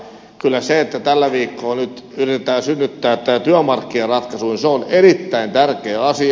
kyllä se että tällä viikolla yritetään synnyttää tämä työmarkkinaratkaisu on erittäin tärkeä asia